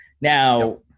Now